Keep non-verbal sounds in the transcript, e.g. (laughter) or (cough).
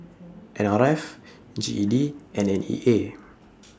N R F G E D and N E A (noise)